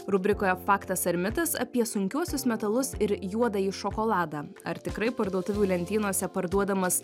rubrikoje faktas ar mitas apie sunkiuosius metalus ir juodąjį šokoladą ar tikrai parduotuvių lentynose parduodamas